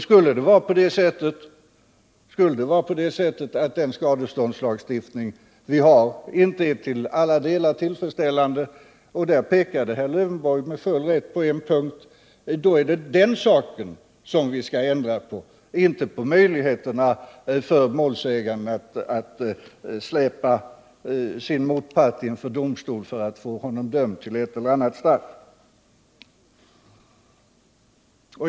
Skulle den skadeståndslagstiftning vi har inte vara till alla delar tillfredsställande — där pekade Alf Lövenborg med full rätt på en punkt — skall vi ändra på den saken, inte på möjligheterna för målsäganden att släpa sin motpart inför domstol för att få honom dömd till ett eller annat straff.